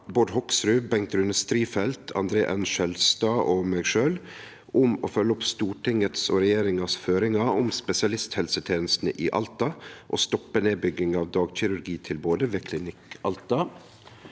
Bård Hoksrud, Bengt Rune Strifeldt, André N. Skjelstad og meg sjølv om å følgje opp Stortingets og regjeringas føringar om spesialisthelsetenestene i Alta og stoppe nedbygginga av dagkirurgitilbodet ved Klinikk Alta.